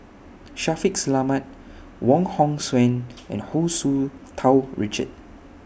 Shaffiq Selamat Wong Hong Suen and Hu Tsu Tau Richard